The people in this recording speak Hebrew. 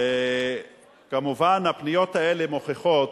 וכמובן, הפניות האלה מוכיחות,